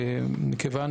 מכיוון